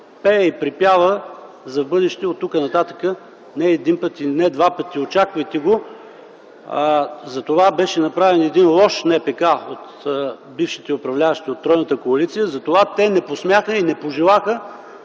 пее и припява в бъдеще – оттук нататък, не един път и не два пъти. Очаквайте го. Затова беше направен един лош НПК от бившите управляващи, от тройната коалиция. Затова те не посмяха и не пожелаха